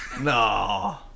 No